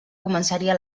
començaria